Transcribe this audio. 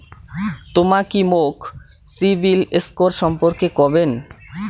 তমা কি মোক সিবিল স্কোর সম্পর্কে কবেন?